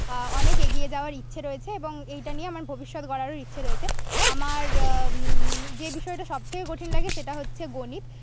অনেক এগিয়ে যাওয়ার ইচ্ছে রয়েছে এবং এইটা নিয়ে আমার ভবিষ্যৎ গড়ারও ইচ্ছে রয়েছে আমার যে বিষয়টি সবচেয়ে কঠিন লাগে সেটা হচ্ছে গণিত